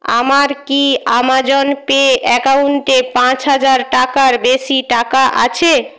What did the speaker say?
আমার কি Amazon Pay অ্যাকাউন্টে পাঁচ হাজার টাকার বেশি টাকা আছে